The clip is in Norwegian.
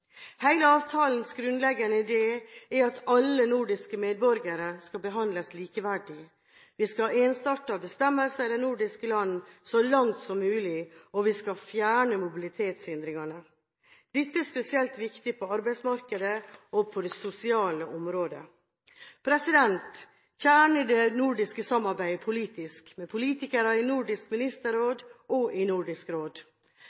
avtalens grunnleggende idé er at alle nordiske medborgere skal behandles likeverdig. Vi skal ha ensartede bestemmelser i de nordiske land så langt som mulig, og vi skal fjerne mobilitetshindringer. Dette er spesielt viktig på arbeidsmarkedet og på det sosiale området. Kjernen i det nordiske samarbeidet er politisk, med politikere i Nordisk Ministerråd og i Nordisk Råd.